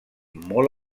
molt